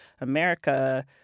America